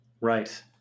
right